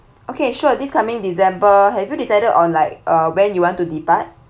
okay sure this coming december have you decided on like uh when you want to depart